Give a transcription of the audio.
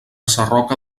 sarroca